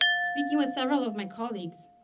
speaking with several of my colleagues,